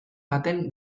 baten